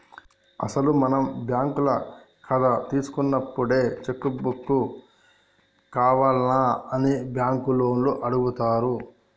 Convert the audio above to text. అసలు మనం బ్యాంకుల కథ తీసుకున్నప్పుడే చెక్కు బుక్కు కావాల్నా అని బ్యాంకు లోన్లు అడుగుతారు